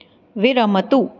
विरमतु